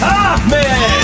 Hoffman